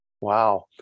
Wow